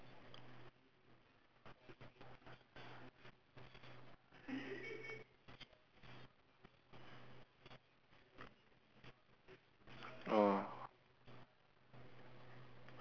oh